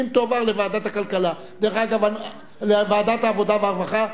תועבר לוועדת העבודה והרווחה.